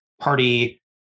Party